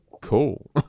cool